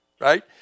Right